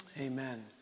Amen